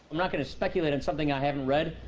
i'm not going to speculate on something i haven't read.